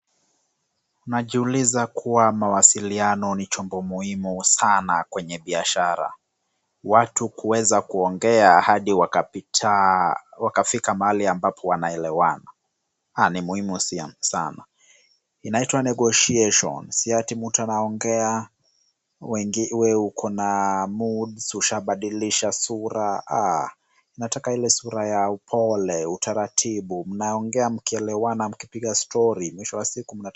Najiuliza kuwa mawasiliano ni chombo muhimu sana kwenye biashara. Watu kuweza kuongea hadi wakafika mahali ambapo wanaelewana ni muhimu sana. Inaitwa negotiation si ati mtu anaongea wee uko na moods ushabadilisha sura, nataka ile sura ya upole, utaratibu, mnaongea mkielewana, mkipiga story .Mwisho wa siku......